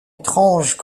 étranges